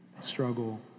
struggle